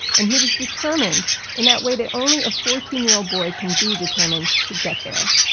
and he was determined in that way that only a fourteen year old boy can be determined to get there.